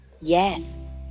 yes